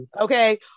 Okay